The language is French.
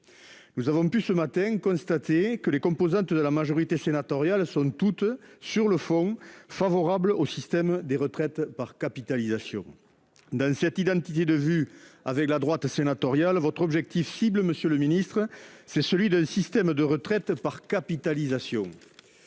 Nous avons pu constater, ce matin, que les composantes de la majorité sénatoriale sont toutes, sur le fond, favorables au système des retraites par capitalisation. Dans cette identité de vue avec la droite sénatoriale, votre objectif cible, monsieur le ministre, est celui d'un système de retraite par capitalisation.